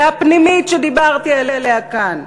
והפנימית שדיברתי עליה כאן,